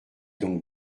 donc